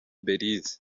belise